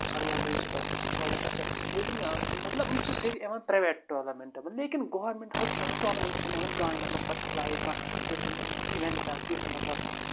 surrounding چھِ تَتہِ واریاہ اَصٕل لیکِن مطلب یِم چھِ سٲری یِوان پریویٹ ٹورنمینٹ منٛز لیکِن گورمینٹ ہُژ ٹورنمینٹ چھِنہٕ یِوان کٕہٕنۍ مطلب پَتہٕ کھُلای ہے کانہہ تیُتھ اِویینٹا تیُتھ مطلب